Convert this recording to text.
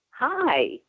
Hi